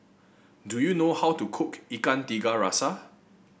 do you know how to cook Ikan Tiga Rasa